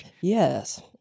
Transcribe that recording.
Yes